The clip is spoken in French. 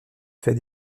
fait